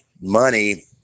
money